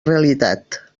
realitat